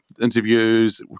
Interviews